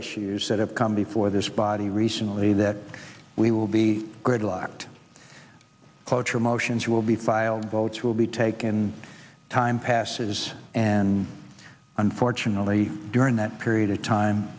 issues that have come before this body recently that we will be gridlocked cloture motions will be filed votes will be taken time passes and unfortunately during that period of time